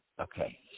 Okay